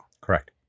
Correct